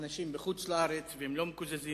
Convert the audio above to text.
אנשים בחוץ-לארץ, והם לא מקוזזים.